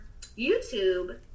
YouTube